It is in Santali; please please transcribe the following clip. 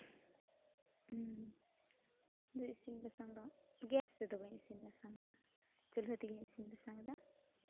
ᱦᱮᱸ ᱟᱫᱚ ᱤᱥᱤᱱ ᱵᱟᱥᱟᱝ ᱫᱚ ᱜᱮᱥ ᱛᱮᱫᱚ ᱵᱟᱹᱧ ᱤᱥᱤᱱ ᱵᱟᱥᱟᱝᱟ ᱪᱩᱞᱦᱟᱹ ᱛᱮᱜᱮᱧ ᱤᱥᱤᱱ ᱵᱟᱥᱟᱝᱮᱫᱟ